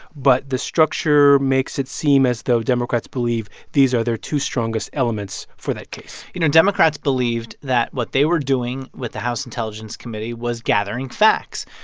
but the structure makes it seem as though democrats believe these are their two strongest elements for that case you know, democrats believed that what they were doing with the house intelligence committee was gathering facts.